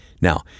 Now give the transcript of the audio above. Now